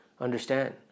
understand